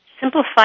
Simplify